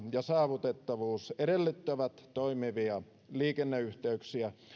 ja saavutettavuus edellyttävät toimivia liikenneyhteyksiä